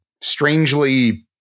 strangely